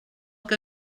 que